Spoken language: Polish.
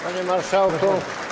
Panie Marszałku!